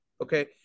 Okay